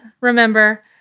remember